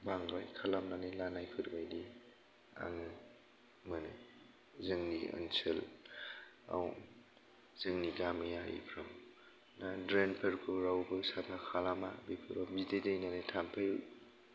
बांद्राय खालामनानै लानायफोरबायदि आंङो मोनो जोंनि ओनसोलाव जोंनि गामियारिफ्राव ड्रेनफोरखौ ड्रेनफोरखौ रावबो साफा खालामा बेफोराव बिदै दैनानै थामफै